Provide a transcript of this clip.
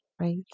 right